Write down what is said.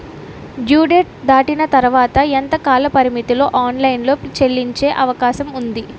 Due date దాటిన తర్వాత ఎంత కాలపరిమితిలో ఆన్ లైన్ లో చెల్లించే అవకాశం వుంది?